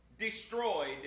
destroyed